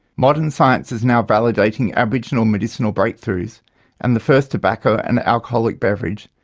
modern science is now validating aboriginal medicinal breakthroughs and the first tobacco and alcoholic beverage,